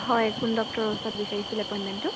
হয় কোন ডক্টৰৰ ওচৰত বিচাৰিছিল এপইণ্টমেণ্টটো